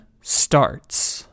starts